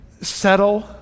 settle